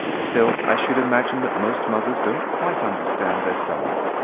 still i should imagine that most mothers don't quite understand their sons.